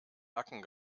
nacken